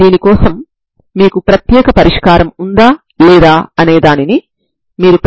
మనం పొందిన పరిష్కారం అదే